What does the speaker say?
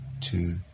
two